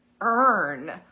earn